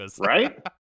Right